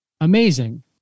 amazing